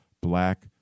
Black